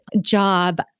job